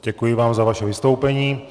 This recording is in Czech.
Děkuji vám za vaše vystoupení.